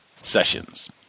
Sessions